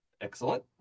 Excellent